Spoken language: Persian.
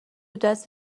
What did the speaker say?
دست